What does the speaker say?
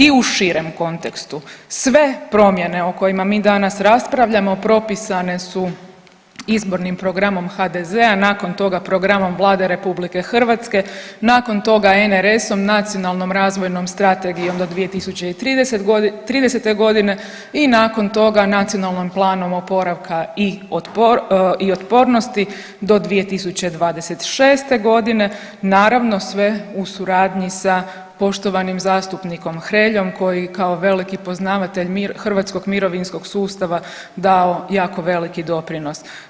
I u širem kontekstu, sve promjene o kojima mi danas raspravljamo, propisane su izbornim programom HDZ-a, nakon toga programom Vlade RH, nakon toga NRS-om, Nacionalnom razvojnom strategijom do 2030. g. i nakon toga, Nacionalnim planom oporavka i otpornosti do 2026. g. Naravno, sve u suradnji sa poštovanim zastupnikom Hreljom koji kao veliki poznavatelj hrvatskog mirovinskog sustava dao jako veliki doprinos.